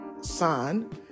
son